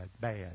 bad